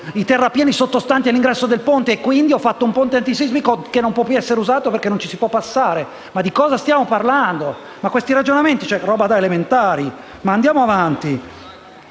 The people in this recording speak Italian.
i terrapieni sottostanti all'ingresso del ponte, ho fatto un ponte antisismico che non può più essere usato perché non ci si può arrivare. E allora di cosa stiamo parlando? Questi ragionamenti sono roba da scuola elementare. Andiamo avanti.